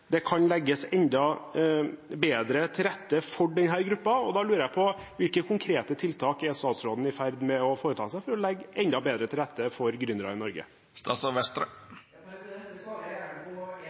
det kan legges enda bedre til rette for denne gruppen. Da lurer jeg på: Hvilke konkrete tiltak er statsråden i ferd med å foreta seg for å legge enda bedre til rette for gründere i Norge?